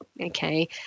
okay